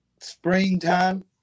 springtime